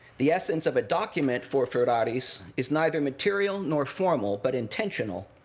the essence of a document for ferraris, is neither material nor formal, but intentional,